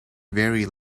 very